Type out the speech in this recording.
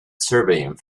surveying